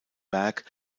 werk